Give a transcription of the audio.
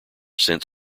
sent